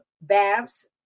Babs